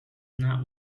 not